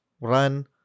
run